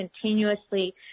continuously